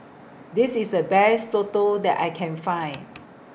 This IS The Best Soto that I Can Find